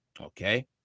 okay